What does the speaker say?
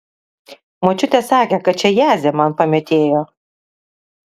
močiutė sakė kad čia jadzė man pametėjo